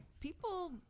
people